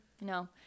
no